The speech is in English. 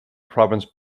province